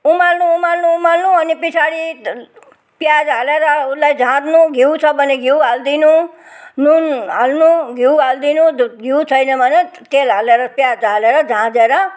उमाल्नु उमाल्नु उमाल्नु अनि पिछाडि प्याज हालेर उसलाई झान्नु घिउ छ भने घिउ हालिदिनु नुन हाल्नु घिउ हालिदिनु घिउ छैन भने तेल हालेर प्याज हालेर झाँदेर